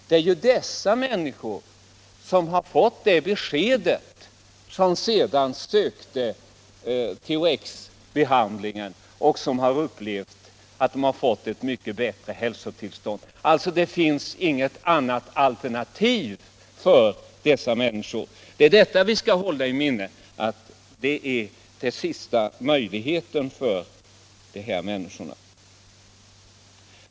Det är människor som fått det beskedet som sedan sökt THX-behandling och upplevt att de fått ett mycket bättre hälsotillstånd. Det finns alltså inget annat alternativ för dessa människor. Det är det vi skall hålla i minnet, att det är sista möjligheten för de här människorna.